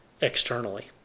externally